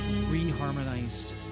re-harmonized